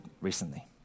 recently